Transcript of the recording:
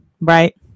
right